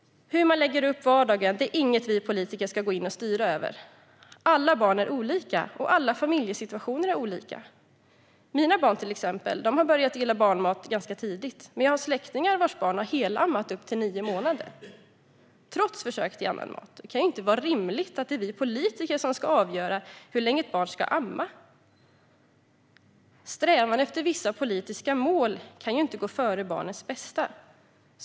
Hur man lägger upp vardagen är inget vi politiker ska styra över. Alla barn är olika, och alla familjesituationer är olika. Exempelvis mina barn har börjat gilla barnmat ganska tidigt, men jag har släktingar vars barn har helammat upp till nio månaders ålder, trots försök till annan mat. Det kan inte vara rimligt att politiker ska avgöra hur länge ett barn ska amma. Strävan efter vissa politiska mål kan inte gå före barnens bästa.